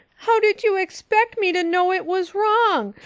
how did you expect me to know it was wrong?